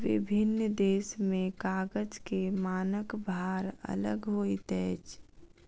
विभिन्न देश में कागज के मानक भार अलग होइत अछि